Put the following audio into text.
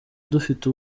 dufite